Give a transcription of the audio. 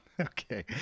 Okay